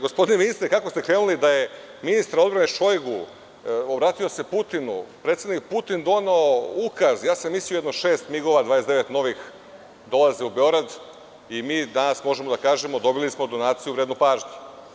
Gospodine ministre, kako ste krenuli da je ministar odbrane Šojgu obratio se Putinu, predsednik Putin doneo ukaz, ja sam mislio jedno šest MIG 29 novih dolazi u Beograd i mi danas možemo da kažemo, dobili smo donaciju vrednu pažnje.